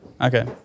Okay